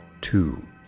two